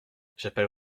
j’appelle